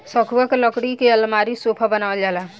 सखुआ के लकड़ी के अलमारी, सोफा बनावल जाला